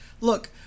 look